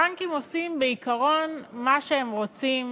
הבנקים עושים, בעיקרון, מה שהם רוצים